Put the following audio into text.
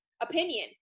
opinion